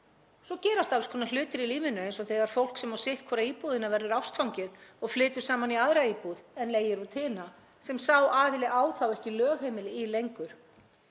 Svo gerast alls konar hlutir í lífinu eins og þegar fólk sem á sitthvora íbúðina verður ástfangið og flytur saman í aðra íbúðina en leigir út hina sem sá eigandi á þá ekki lögheimili í lengur,